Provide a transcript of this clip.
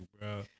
bro